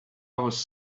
was